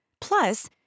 Plus